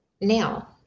now